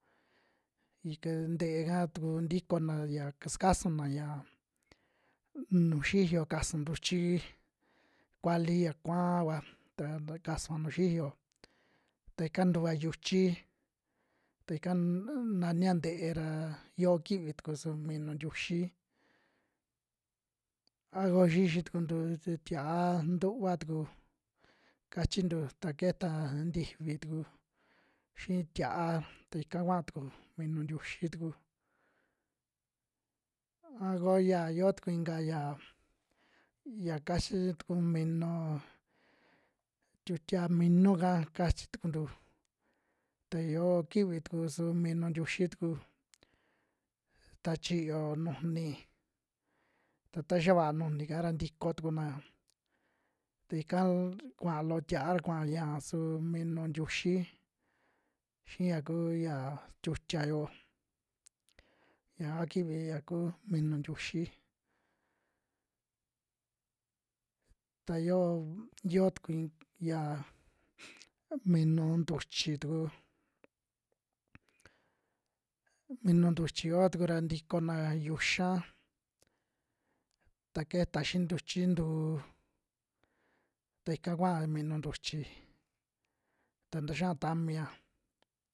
Ike nte'e ka tuku ntikona ya kasa kasuna ya, nuu xiyo kasun ntuchikuali ya kua'a vua ta takasua nuju xiyo, ta ika ntua yuchi, ta ikan n- nania nte'e ra yoo kivi tuku su minu ntiuxi, a koo xixi tukuntu su tia'a ntuva tuku kachintu ta keta ntifi tuku xii tia'a ta ika kua tuku minu ntiuxi tuku. A ko ya yoo tuku inka ya, ya kachi tuku minuu tiutia minú'ka kachi tukuntu ta ya yoo kivi tuku su minu ntiuxi tuku ta xiyo nujuni, ta taxia vaa nujuni'ka ra ntiko tukunaa ta ika kuaa loo tia'a, kuaa ya su minu ntiuxi xia kuya tiuxia yo'o, yaja kivi ya kuu minu ntiuxi, ta yoo yo tuku in- yaa minu ntúchi tuku, minu ntúchi yoo tuku ra tikonaa yuxaa ta keta xii ntuchi ntuu ta ika kuaa minu ntúchi ta ntaxiaa tamia.